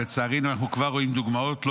שלצערנו אנחנו כבר רואים דוגמאות לו,